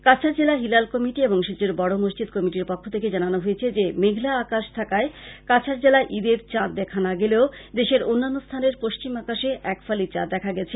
কাছাড় জেলা হিলাল কমিটি ও শিলচর বড় মসজিদ কমিটির পক্ষ থেকে জানানো হয়েছে যে মেঘলা আকাশ থাকায় কাছাড় জেলায় ঈদের চাঁদ দেখা না গেলেও দেশের অন্যান্য স্থানের পশ্চিম আকাশে এক ফালি চাঁদ দেখা গেছে